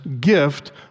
gift